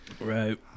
Right